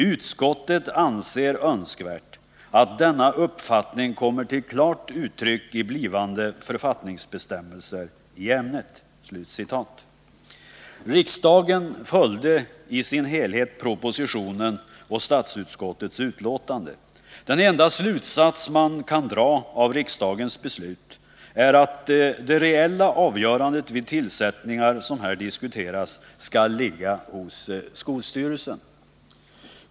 Utskottet anser önskvärt, att denna uppfattning kommer till klart uttryck i blivande författningsbestämmelser i ämnet.” Riksdagen följde i sin helhet propositionen och statsutskottets utlåtande. Den enda slutsats man kan dra av riksdagens beslut är att det reella avgörandet vid sådana tillsättningar som här diskuteras skall ligga hos skolstyrelsen.